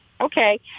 okay